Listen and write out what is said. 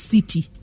City